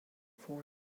four